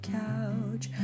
couch